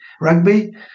rugby